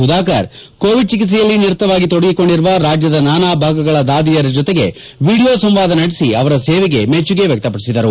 Sudhakar Covid ಚಿಕಿತ್ಸೆಯಲ್ಲಿ ನಿರಂತರವಾಗಿ ತೊಡಗಿಸಿಕೊಂಡಿರುವ ರಾಜ್ಯದ ನಾನಾ ಭಾಗಗಳ ದಾದಿಯರ ಜೊತೆಗೆ ವಿಡಿಯೋ ಸಂವಾದ ನಡೆಸಿ ಅವರ ಸೇವೆಗೆ ಮೆಚ್ಚುಗೆ ವ್ಯಕ್ತಪಡಿಸಿದರು